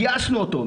גייסנו אותו,